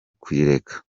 kuyireka